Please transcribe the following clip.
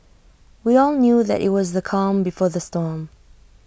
we all knew that IT was the calm before the storm